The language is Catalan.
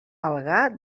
algar